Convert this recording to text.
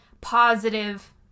positive